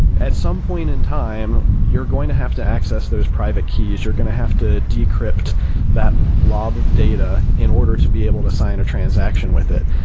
at some point in time you're going to have to access those private keys. you're going to have to decrypt that blob of data in order to be able to sign a transaction with it.